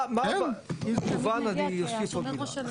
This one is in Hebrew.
אם זה הובן אני אוסיף עוד מילה.